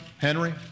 Henry